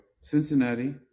Cincinnati